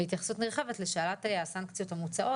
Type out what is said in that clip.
וכן התייחסות נרחבת לשאלת הסנקציות המוצעות